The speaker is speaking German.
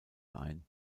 ein